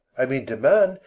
i mean to man,